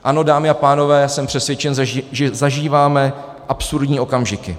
Ano, dámy a pánové, já jsem přesvědčen, že zažíváme absurdní okamžiky.